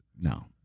No